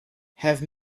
have